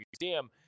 museum